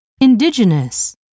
Indigenous